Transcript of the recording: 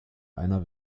einer